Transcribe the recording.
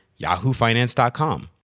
yahoofinance.com